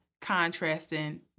contrasting